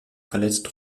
verletzt